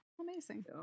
amazing